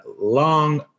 long